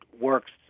works